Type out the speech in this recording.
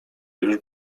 już